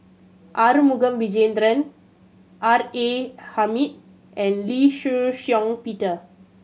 Arumugam Vijiaratnam R A Hamid and Lee Shih Shiong Peter